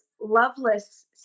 loveless